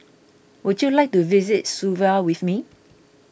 would you like to visit Suva with me